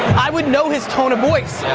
i would know his tone of voice.